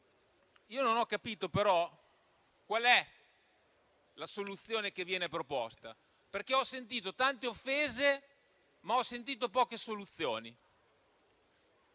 io non ho capito però qual è la soluzione che viene proposta, perché ho sentito tante offese, ma poche soluzioni.